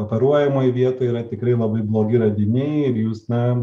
operuojamoj vietoj yra tikrai labai blogi radiniai ir jūs na